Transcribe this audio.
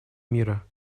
мира